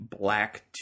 Black